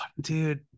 Dude